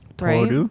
Right